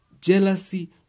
jealousy